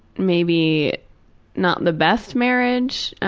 maybe not the best marriage.